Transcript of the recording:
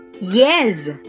Yes